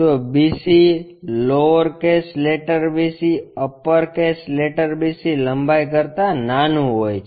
તો BC lower case letter BC upper case letter BC લંબાઈ કરતા નાનું હોય છે